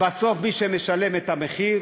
בסוף מי שמשלם את המחיר